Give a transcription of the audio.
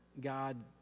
God